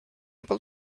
able